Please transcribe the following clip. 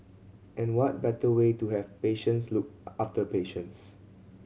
and what better way to have patients look after patients